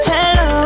Hello